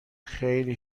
خیلی